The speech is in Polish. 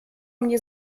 mnie